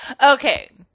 Okay